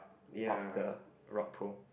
of the rock pool